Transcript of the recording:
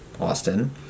Austin